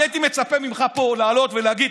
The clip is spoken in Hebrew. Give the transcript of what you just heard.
אני הייתי מצפה ממך פה לעלות ולהגיד,